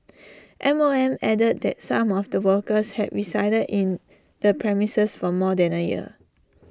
M O M added that some of the workers had resided in the premises for more than A year